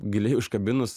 giliai užkabinus